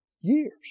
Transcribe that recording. Years